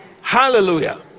hallelujah